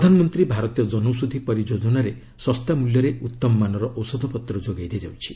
ପ୍ରଧାନମନ୍ତ୍ରୀ ଭାରତୀୟ କନୌଷଧି ପରିଯୋଜନାରେ ଶସ୍ତା ମୂଲ୍ୟରେ ଉତ୍ତମ ମାନର ଔଷଧପତ୍ର ଯୋଗାଇ ଦିଆଯାଉଛି